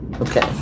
Okay